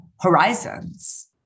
horizons